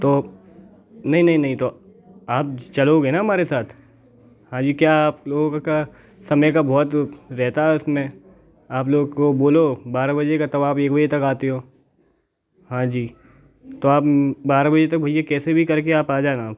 तो नहीं नहीं नहीं तो आप चलोगे ना हमारे साथ हाँ जी क्या आप लोगों का समय का बहुत रहता है उसमें आप लोगों को बोलो बारह बजे का तब आप एक बजे तक आते हो हाँ जी तो आप बारह बजे तक भैया कैसे भी कर के आप आ जाना